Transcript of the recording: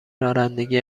رانندگی